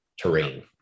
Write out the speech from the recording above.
terrain